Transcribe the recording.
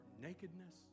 nakedness